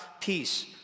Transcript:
peace